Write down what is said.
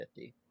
50